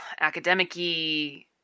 academic-y